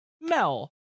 Mel